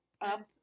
up